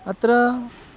अत्र